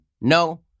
No